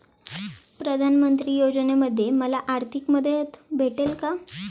प्रधानमंत्री योजनेमध्ये मला आर्थिक मदत भेटेल का?